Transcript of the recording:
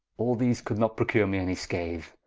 all these could not procure me any scathe,